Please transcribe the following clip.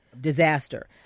disaster